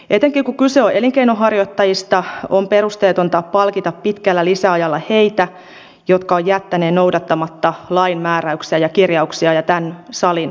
etenkin kun kyse on elinkeinonharjoittajista on perusteetonta palkita pitkällä lisäajalla heitä jotka ovat jättäneet noudattamatta lain määräyksiä ja kirjauksia ja tämän salin tahtotilaa